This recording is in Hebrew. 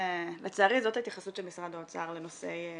לצערי זאת ההתייחסות של משרד האוצר לנושאי שקיפות.